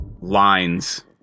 lines